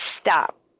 stop